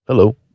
Hello